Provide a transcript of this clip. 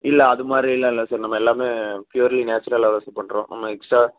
இல்லை அது மாதிரியெல்லாம் இல்லை சார் நம்ம எல்லாமே ப்யூர்லி நேச்சுரலாக தான் சார் பண்ணுறோம் நம்ம எக்ஸ்ட்ரா